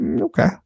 okay